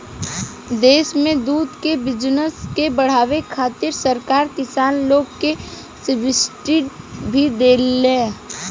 देश में दूध के बिजनस के बाढ़ावे खातिर सरकार किसान लोग के सब्सिडी भी देला